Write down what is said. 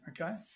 okay